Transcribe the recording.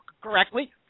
correctly